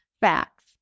facts